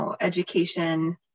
education